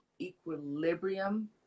equilibrium